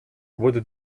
wurde